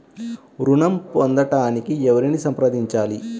ఋణం పొందటానికి ఎవరిని సంప్రదించాలి?